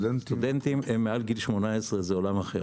הם מעל גיל 18. זה עולם אחר.